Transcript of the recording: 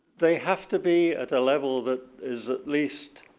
they have to be at a level that is at least